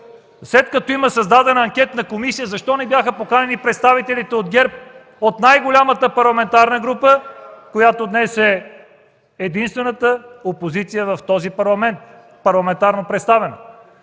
След като има създадена анкетна комисия защо не бяха поканени представителите от ГЕРБ, от най-голямата парламентарна група, която днес е единствената опозиция в този Парламент, парламентарно представена?